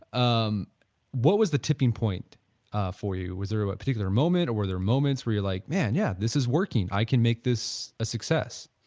um what was the tipping point ah for you? was there a particular moment or were there moments for you like, man, yeah, this is working, i can make this a success?